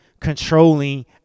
controlling